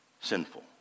sinful